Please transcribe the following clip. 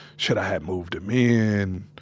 should i have moved him in?